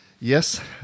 Yes